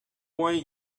way